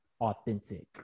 authentic